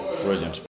Brilliant